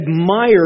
admire